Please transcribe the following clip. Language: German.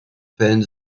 fällen